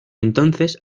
entonces